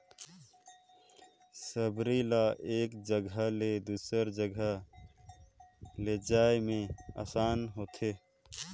सबरी ल एक जगहा ले दूसर जगहा लेइजे मे असानी होथे